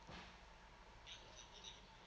oh